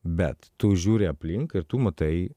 bet tu žiūri aplink ir tu matai